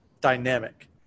dynamic